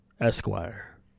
Esquire